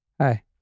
Hi